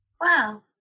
Wow